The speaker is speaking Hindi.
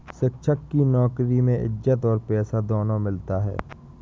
शिक्षक की नौकरी में इज्जत और पैसा दोनों मिलता है